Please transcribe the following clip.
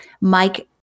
Mike